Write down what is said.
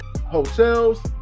hotels